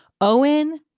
Owen